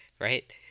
Right